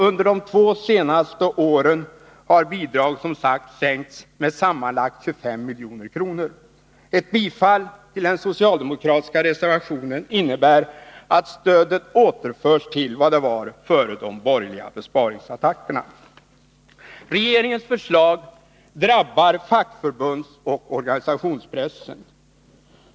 Under de två senaste åren har bidraget som sagt sänkts med sammanlagt 25 milj.kr. Ett bifall till den socialdemokratiska reservationen innebär att stödet återförs till vad det var före de borgerliga besparingsattackerna. Regeringens förslag drabbar fackförbundsoch organisationspressen.